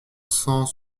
cent